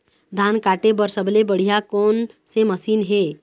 धान काटे बर सबले बढ़िया कोन से मशीन हे?